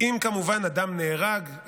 אם כמובן אדם נהרג,